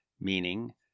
meaning